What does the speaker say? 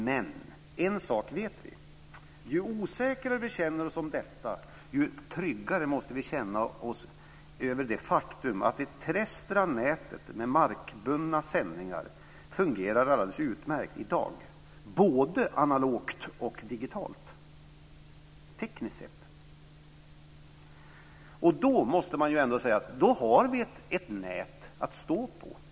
Men, en sak vet vi: Ju osäkrare vi känner oss om detta, ju tryggare måste vi känna oss över det faktum att det terrestra nätet med markbundna sändningar fungerar alldeles utmärkt i dag, både analogt och digitalt - tekniskt sett. Då har vi ett nät att stå på.